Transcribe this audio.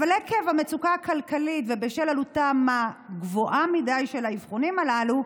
אבל עקב המצוקה הכלכלית ובשל עלותם הגבוהה מדי של האבחונים הללו,